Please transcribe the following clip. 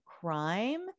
crime